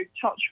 touch